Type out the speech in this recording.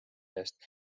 eest